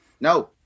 No